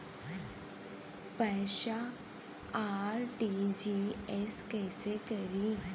पैसा आर.टी.जी.एस कैसे करी?